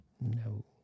No